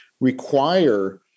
require